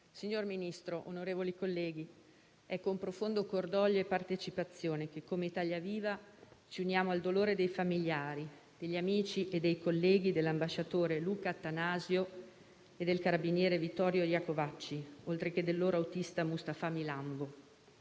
signor Ministro, onorevoli colleghi, è con profondo cordoglio e partecipazione che come Italia Viva ci uniamo al dolore dei familiari, degli amici e dei colleghi dell'ambasciatore Luca Attanasio e del carabiniere Vittorio Iacovacci, oltre che del loro autista Mustapha Milambo,